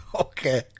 Okay